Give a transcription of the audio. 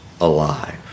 alive